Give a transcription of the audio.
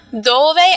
dove